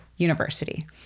university